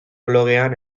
blogean